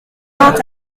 cent